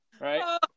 right